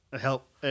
Help